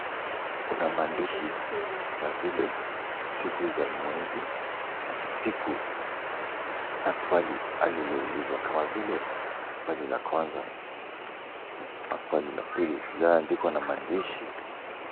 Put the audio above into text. Kuna maandishi kama vile siku za mwezi na siku na swali aliloulizwa kama vile swali la kwanza ama swali la pili lililoandikwa na maandishi.